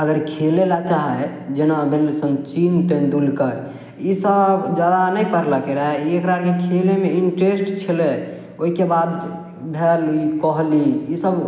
अगर खेलय लए चाहय हइ जेना भेलय सचिन तेंदुलकर ईसब जादा नहि पढ़लकै रऽ ई एकरा अरके खेलयमे इंट्रेस्ट छलै ओइके बाद भेल ई कोहली ईसब